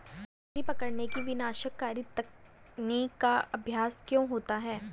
मछली पकड़ने की विनाशकारी तकनीक का अभ्यास क्यों होता है?